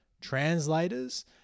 translators